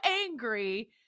angry